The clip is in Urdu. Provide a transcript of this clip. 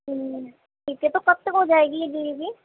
ٹھیک ہے تو کب تک ہو جائے گی یہ ڈلیوری